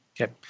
okay